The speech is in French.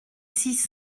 six